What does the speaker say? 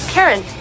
Karen